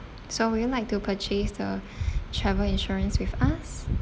so would you like to purchase the travel insurance with us